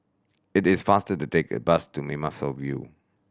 it is faster to take a bus to Mimosa View